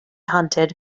hunted